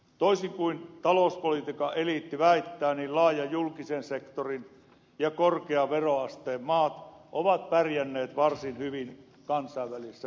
toisin kuin talouspolitiikan eliitti väittää laajan julkisen sektorin ja korkean veroasteen maat ovat pärjänneet varsin hyvin kansainvälisessä vertailussa